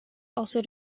also